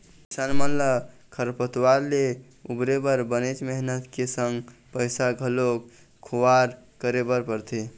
किसान मन ल खरपतवार ले उबरे बर बनेच मेहनत के संग पइसा घलोक खुवार करे बर परथे